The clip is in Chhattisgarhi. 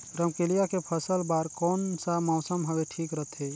रमकेलिया के फसल बार कोन सा मौसम हवे ठीक रथे?